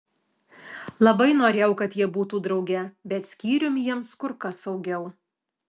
labai norėjau kad jie būtų drauge bet skyrium jiems kur kas saugiau